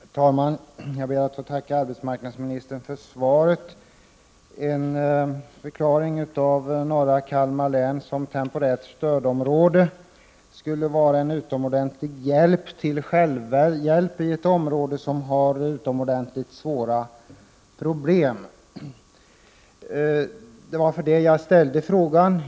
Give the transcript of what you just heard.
Herr talman! Jag ber att få tacka arbetsmarknadsministern för svaret. Att förklara norra Kalmar län som temporärt stödområde vore en utomordentlig hjälp till självhjälp i ett område som har mycket svåra problem. Det var av den orsaken som jag ställde frågan.